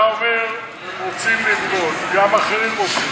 אתה אומר: הם רוצים ללמוד, גם אחרים רוצים.